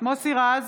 מוסי רז,